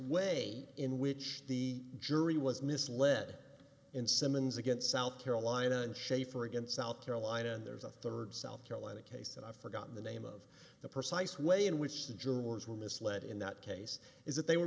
way in which the jury was misled in simmons against south carolina and schaefer against south carolina and there's a third south carolina case and i've forgotten the name of the precise way in which the jurors were misled in that case is that they were